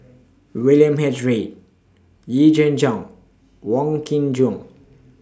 William H Read Yee Jenn Jong Wong Kin Jong